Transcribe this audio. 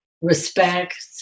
respect